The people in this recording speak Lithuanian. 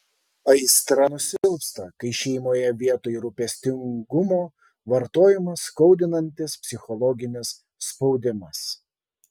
aistra nusilpsta kai šeimoje vietoj rūpestingumo vartojamas skaudinantis psichologinis spaudimas